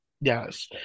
Yes